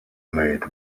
made